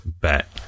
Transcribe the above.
bet